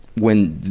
when,